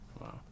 Wow